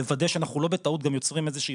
לוודא שאנחנו לא בטעות גם יוצרים איזושהי